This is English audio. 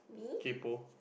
kaypoh